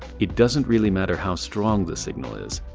it doesn't really matter how strong the signal is,